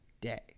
day